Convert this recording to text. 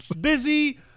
busy